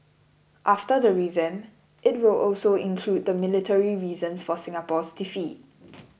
after the revamp it will also include the military reasons for Singapore's defeat